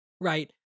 right